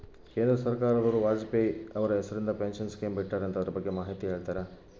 ಕೇಂದ್ರ ಸರ್ಕಾರದವರು ವಾಜಪೇಯಿ ಅವರ ಹೆಸರಿಂದ ಪೆನ್ಶನ್ ಸ್ಕೇಮ್ ಬಿಟ್ಟಾರಂತೆ ಅದರ ಬಗ್ಗೆ ಮಾಹಿತಿ ಹೇಳ್ತೇರಾ?